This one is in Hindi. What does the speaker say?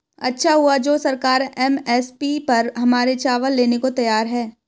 अच्छा हुआ जो सरकार एम.एस.पी पर हमारे चावल लेने को तैयार है